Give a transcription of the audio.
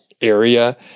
area